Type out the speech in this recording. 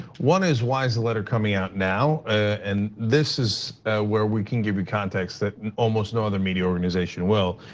one is, why is the letter coming out now? and this is where we can give you context that almost no other media organization will.